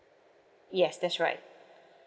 yes that's right